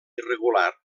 irregular